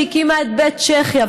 שהקימה את בית צ'כיה,